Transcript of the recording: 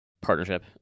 Partnership